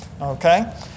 Okay